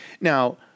Now